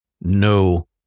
no